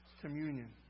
communion